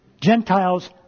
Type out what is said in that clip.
Gentiles